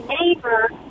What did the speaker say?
neighbor